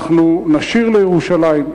אנחנו נשיר לירושלים,